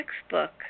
textbook